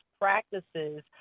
practices